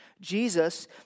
Jesus